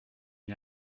n’y